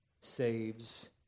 saves